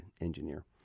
engineer